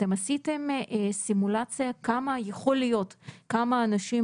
אתם עשיתם סימולציה כמה יכולים להיכנס אנשים,